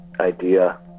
idea